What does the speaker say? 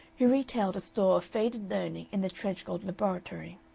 who retailed a store of faded learning in the tredgold laboratory.